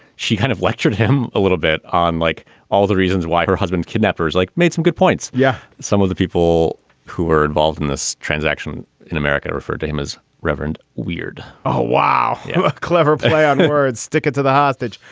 she kind of lectured him a little bit on like all the reasons why her husband's kidnappers, like, made some good points. yeah. some of the people who are involved in this transaction in america refer to him as reverend weird oh, wow. a clever play on words. stick it to the hostage.